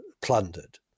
plundered